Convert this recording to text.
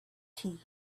tea